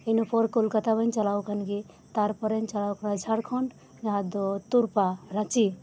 ᱤᱱᱟᱹᱯᱚᱨ ᱠᱚᱞᱠᱟᱛᱟ ᱢᱟᱧ ᱪᱟᱞᱟᱣ ᱟᱠᱟᱱᱜᱤ ᱛᱟᱨᱯᱚᱨᱮᱧ ᱪᱟᱞᱟᱣ ᱟᱠᱟᱱᱟ ᱡᱷᱟᱲᱠᱷᱚᱸᱰ ᱡᱟᱦᱟᱸ ᱫᱚ ᱛᱩᱨᱯᱟ ᱨᱟᱸᱪᱤ